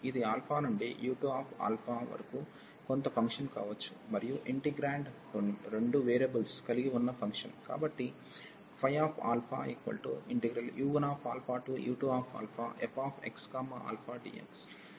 ఇది ఆల్ఫా నుండి u2α వరకు కొంత ఫంక్షన్ కావచ్చు మరియు ఇంటిగ్రేండ్ రెండు వేరియబుల్స్ కలిగి వున్న ఫంక్షన్ కాబట్టి u1u2fxαdx